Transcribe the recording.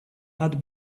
had